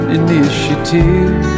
initiative